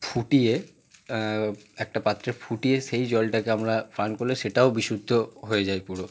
ফুটিয়ে একটা পাত্রে ফুটিয়ে সেই জলটাকে আমরা পান করলে সেটাও বিশুদ্ধ হয়ে যায় পুরো